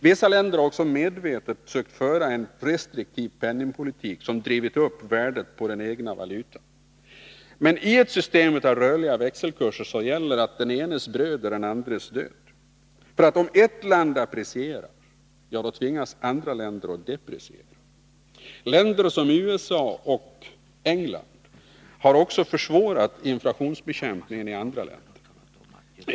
Vissa länder har också medvetet fört en restriktiv penningpolitik, som drivit upp värdet på den egna valutan. Menii ett system av rörliga växelkurser gäller att den enes bröd är den andres död. Om ett land apprecierar, tvingas andra länder att depreciera. Länder som USA och England har därigenom försvårat inflationsbekämpningen i andra länder.